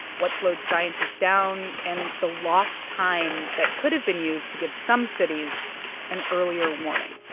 what slowed scientists down and the lost time that could have been used to give some cities an earlier warning.